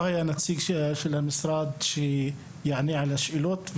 היה כאן נציג של המשרד שיענה על השאלות,